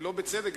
ולא בצדק,